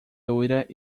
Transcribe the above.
loira